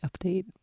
update